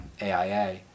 AIA